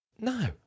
No